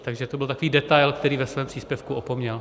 Takže to byl takový detail, který ve svém příspěvku opomněl.